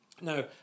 no